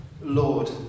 Lord